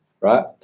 right